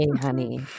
honey